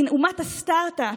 אומת הסטרטאפ,